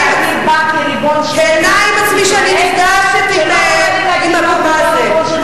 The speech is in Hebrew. אני כנה עם עצמי שאני נפגשת עם אבו מאזן.